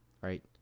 right